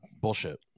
bullshit